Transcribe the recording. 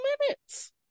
minutes